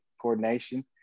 coordination